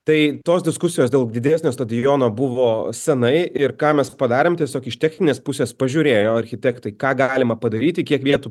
tai tos diskusijos dėl didesnio stadiono buvo senai ir ką mes padarėm tiesiog iš techninės pusės pažiūrėjo architektai ką galima padaryti kiek vietų